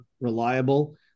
reliable